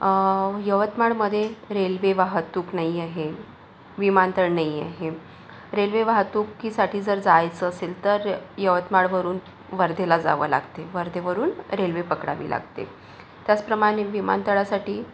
यवतमाळमध्ये रेल्वे वाहतूक नाही आहे विमानतळ नाही आहे रेल्वे वाहतुकीसाठी जर जायचं असेल तर यवतमाळवरून वर्धेला जावे लागते वर्धेवरून रेल्वे पकडावी लागते त्याचप्रमाणे विमानतळासाठी